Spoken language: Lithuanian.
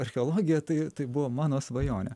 archeologija tai tai buvo mano svajonė